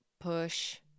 push